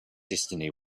destiny